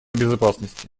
безопасности